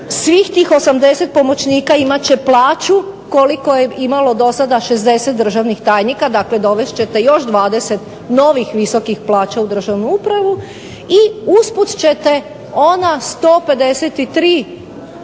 svih tih 80 pomoćnika imat će plaću koliko je imalo do sada 60 državnih tajnika, dovest ćete još 20 novih visokih plaća u državnu upravu i usput ćete ona 153 izabrana